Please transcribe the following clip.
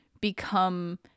become